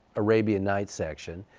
arabian nights section.